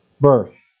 birth